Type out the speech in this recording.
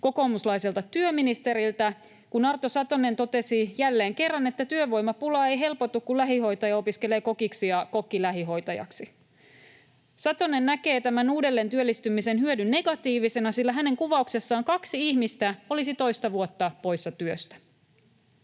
kokoomuslaiselta työministeriltä, kun Arto Satonen totesi jälleen kerran, että työvoimapula ei helpotu, kun lähihoitaja opiskelee kokiksi ja kokki lähihoitajaksi. Satonen näkee tämän uudelleentyöllistymisen hyödyn negatiivisena, sillä hänen kuvauksessaan kaksi ihmistä olisi toista vuotta poissa työstä.